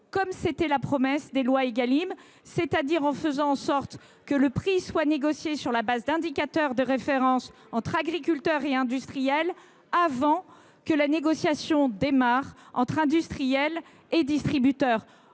le prévoyaient les lois Égalim : en faisant en sorte que le prix soit négocié sur la base d’indicateurs de référence entre agriculteurs et industriels avant que la négociation ne démarre entre industriels et distributeurs.